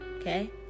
okay